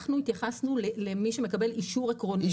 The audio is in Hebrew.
אנחנו התייחסנו למי שמקבל אישור עקרוני.